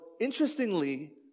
interestingly